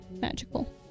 magical